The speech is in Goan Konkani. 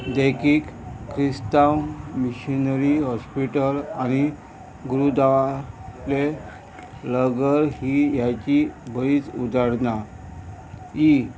देखीक क्रिस्तांव मिशनरी हॉस्पिटल आनी गुरूदाले लंगर ही ह्याची बरीच उदारना